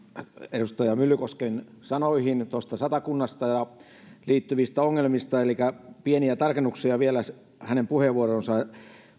edustaja myllykosken sanoihin satakunnasta ja siihen liittyvistä ongelmista pieniä tarkennuksia vielä hänen puheenvuoroonsa